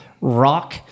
rock